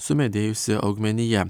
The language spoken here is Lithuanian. sumedėjusi augmenija